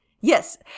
Yes